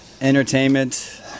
Entertainment